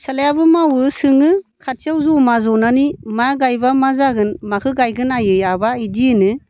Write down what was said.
फिसालायाबो मावो सोङो खाथियाव ज'मा ज'नानै मा गायबा मा जागोन माखौ गायगोन आयै आबा बिदि होनो